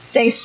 Say